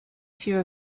few